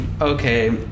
okay